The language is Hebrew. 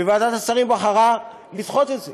וועדת השרים בחרה לדחות את זה.